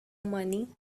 money